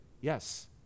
Yes